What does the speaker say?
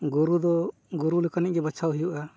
ᱜᱩᱨᱩ ᱫᱚ ᱜᱩᱨᱩ ᱞᱮᱠᱟᱱᱤᱡ ᱜᱮ ᱵᱟᱪᱷᱟᱣ ᱦᱩᱭᱩᱜᱼᱟ